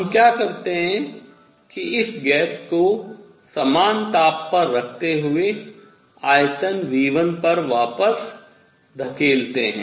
हम क्या करतें हैं कि इस गैस को समान ताप पर रखते हुए आयतन V1 पर वापस धकेलते हैं